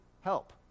help